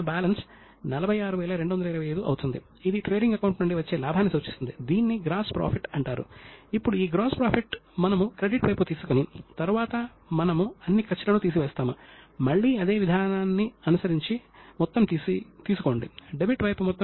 కౌటిల్యుడు నైతిక సంస్కృతిని నిర్మించడాన్ని గణనీయంగా నొక్కిచెప్పారు ఎందుకంటే అందులో నైతికత లేకపోతే మనము ఏ నియమాలు చేసినా ప్రజలు వివిధ రకాల మోసాలు చేయడానికి మార్గాలు మరియు దారులను కనుగొనే అవకాశం ఉంది